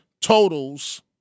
totals